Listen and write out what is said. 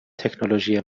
تکنولوژی